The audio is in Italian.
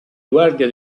guardia